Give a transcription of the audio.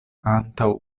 antaŭ